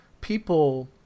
people